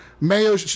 Mayo